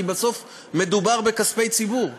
כי בסוף מדובר בכספי ציבור.